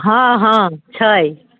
हँ हँ छै